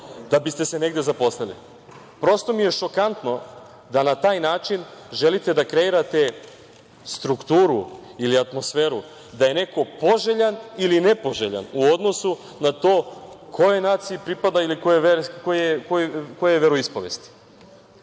da biste se negde zaposlili? Prosto mi je šokantno da na taj način želite da kreirate strukturu ili atmosferu, da je neko poželjan ili nepoželjan u odnosu na to kojoj naciji pripada ili koje je veroispovesti.